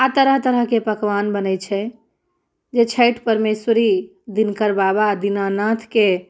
आ तरह तरहके पकवान बनैत छै जे छठि परमेश्वरी दिनकर बाबा दीनानाथके